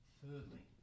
thirdly